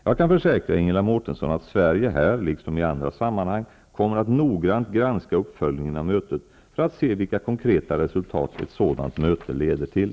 Jag kan försäkra Ingela Mårtensson att Sverige här, liksom i andra samman hang, kommer att noggrant granska uppföljningen av mötet, för att se vilka konkreta resultat ett sådant möte leder till.